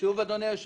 אל תעזרו לי.